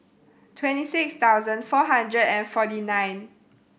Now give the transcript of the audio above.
twenty six thousand four hundred and forty nine